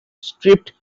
stripped